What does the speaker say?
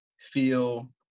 feel